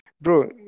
Bro